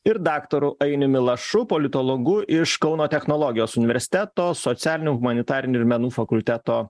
ir daktaru ainiumi lašu politologu iš kauno technologijos universiteto socialinių humanitarinių ir menų fakulteto